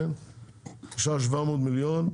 נשאר 700 מיליון,